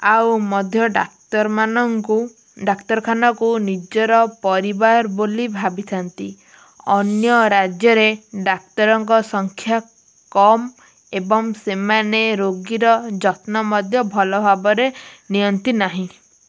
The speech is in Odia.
ଆଉ ମଧ୍ୟ ଡାକ୍ତରମାନଙ୍କୁ ଡାକ୍ତରଖାନାକୁ ନିଜର ପରିବାର ବୋଲି ଭାବିଥାନ୍ତି ଅନ୍ୟ ରାଜ୍ୟରେ ଡାକ୍ତରଙ୍କ ସଂଖ୍ୟା କମ୍ ଏବଂ ସେମାନେ ରୋଗୀର ଯତ୍ନ ମଧ୍ୟ ଭଲ ଭାବରେ ନିଅନ୍ତି ନାହିଁ